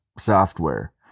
software